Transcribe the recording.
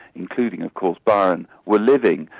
including of course byron, were living.